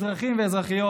אזרחים ואזרחיות,